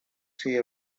tea